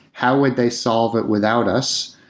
how would they solved it without us?